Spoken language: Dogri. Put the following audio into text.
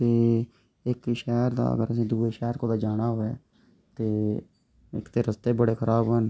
ते इक्क शैह्र दा कुदै दूऐ शैह्र जाना होऐ ते इक्क ते रस्ते बड़े खराब न